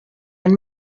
and